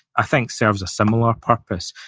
i think serves a similar purpose.